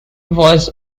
was